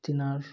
তার